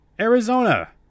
Arizona